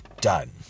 done